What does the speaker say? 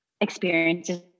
experiences